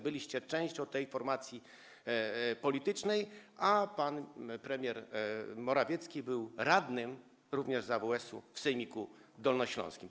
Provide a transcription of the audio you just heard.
Byliście częścią tej formacji politycznej, a pan premier Morawiecki był radnym z AWS-u w sejmiku dolnośląskim.